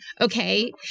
okay